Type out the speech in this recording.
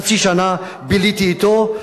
חצי שנה ביליתי אתו.